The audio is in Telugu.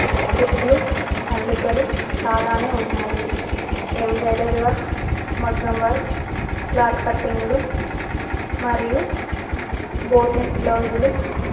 కుట్లు అల్లికలు చాలానే ఉన్నాయి ఎంబ్రయిడరీ వర్క్స్ మగ్గం వర్క్ క్లాత్ కట్టింగ్లు మరియు బోట్ నెక్ బ్లౌజులు